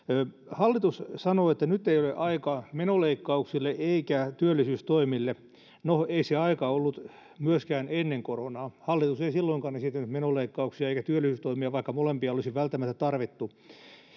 hallitus sanoo että nyt ei ole aika menoleikkauksille eikä työllisyystoimille no ei se aika ollut myöskään ennen koronaa hallitus ei silloinkaan esittänyt menoleikkauksia eikä työllisyystoimia vaikka molempia olisi välttämättä tarvittu